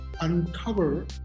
uncover